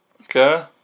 okay